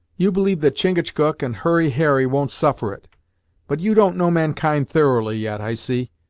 you believe that chingachgook and hurry harry won't suffer it but you don't know mankind thoroughly yet, i see.